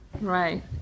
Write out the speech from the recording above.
Right